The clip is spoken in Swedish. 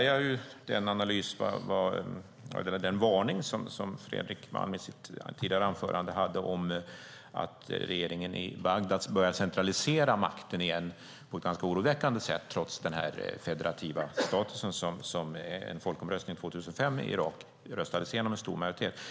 Jag delar den varning som Fredrik Malm hade i sitt anförande för att regeringen i Bagdad börjar centralisera makten igen på ett ganska oroväckande sätt, trots den federativa status som i en folkomröstning i Irak 2005 röstades igenom med stor majoritet.